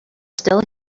still